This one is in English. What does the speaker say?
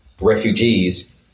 refugees